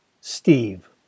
Steve